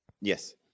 Yes